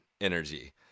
energy